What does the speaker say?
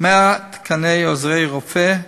100 תקני עוזרי רופא,